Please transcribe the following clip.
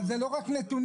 אבל זה לא רק נתונים.